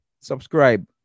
Subscribe